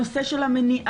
הנושא של המניעה,